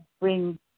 bring